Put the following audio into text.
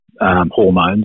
hormones